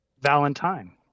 Valentine